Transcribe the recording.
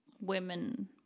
women